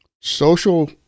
social